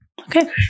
Okay